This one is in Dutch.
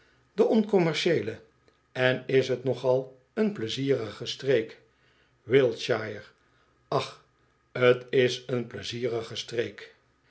de oncommercieele en is t nogal een pleizierige streek wiltshire ah t is een pleizierige streek